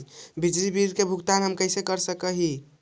बिजली बिल के भुगतान हम कैसे कर सक हिय?